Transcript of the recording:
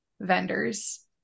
vendors